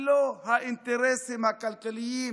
ולא האינטרסים הכלכליים,